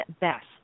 Best